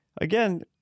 Again